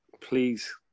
please